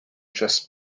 just